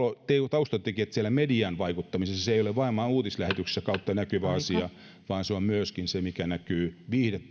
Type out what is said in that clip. taustatekijät siellä median vaikuttamisessa se ei ole vain vain uutislähetyksen kautta näkyvä asia vaan se on myöskin se mikä näkyy